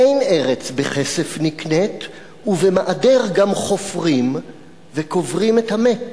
אין ארץ בכסף נקנית/ ובמעדר גם חופרים וקוברים את המת.